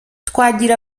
twagira